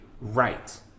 right